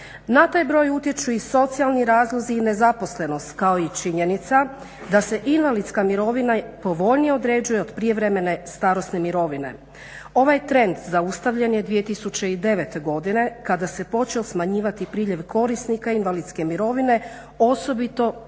Na taj broj utječu i socijalni razlozi i nezaposlenost, kao i činjenica da se invalidska mirovina povoljnije određuje od prijevremene starosne mirovine. Ovaj trend zaustavljen je 2009. godine kada se počeo smanjivati priljev korisnika invalidske mirovine, osobito u 2012.